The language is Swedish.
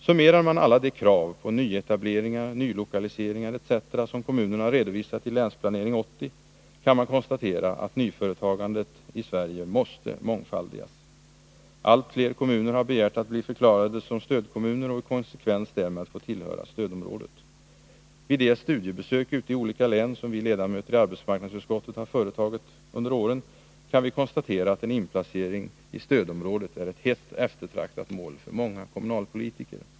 Summerar man alla de krav på nyetableringar, nylokaliseringar etc. som kommunerna har redovisat i Länsplanering 80, kan man konstatera att nyföretagandet i Sverige måste mångfaldigas. Allt fler kommuner har begärt att bli förklarade som stödkommuner och i konsekvens därmed få tillhöra stödområdet. Vid de studiebesök ute i olika län som vi ledamöter i arbetsmarknadsutskottet har företagit under åren kan vi konstatera att en inplacering i stödområdet är ett hett eftertraktat mål för många kommunalpolitiker.